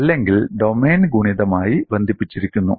അല്ലെങ്കിൽ ഡൊമെയ്ൻ ഗുണിതമായി ബന്ധിപ്പിച്ചിരിക്കുന്നു